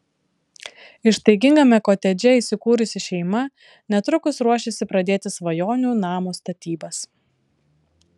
ištaigingame kotedže įsikūrusi šeima netrukus ruošiasi pradėti svajonių namo statybas